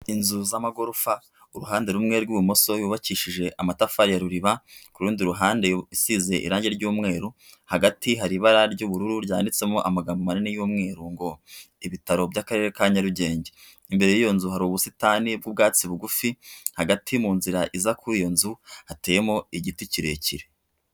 Inzu z'amagorofa uruhande rumwe rwibumoso yubakishije amatafari ruriba, ku rundi ruhande isize irangi ry'umweru, hagati hari ibara ry'ubururu ryanditsemo amagambo manini y'umweru ngo ibitaro by'Akarere ka Nyarugenge, imbere y'iyo nzu hari ubusitani bw'ubwatsi bugufi hagati mu nzira iza kuri iyo nzu hateyemo igiti kirekire.